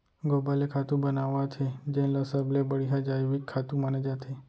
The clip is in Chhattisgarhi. गोबर ले खातू बनावत हे जेन ल सबले बड़िहा जइविक खातू माने जाथे